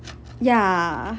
ya